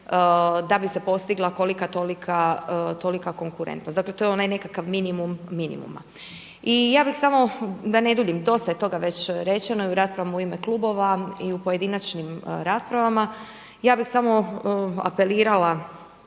da bi se postigla kolika tolika konkurentnost. Dakle, to je onaj nekakav minimum minimuma. I ja bih samo da ne duljim, dosta je toga već rečeno i u raspravama u ime klubova i u pojedinačnim raspravama. Ja bih samo apelirala